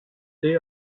they